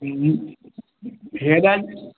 हे ॾियनि